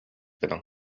гынан